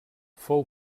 fou